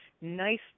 nice